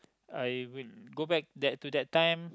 I will go back that to that time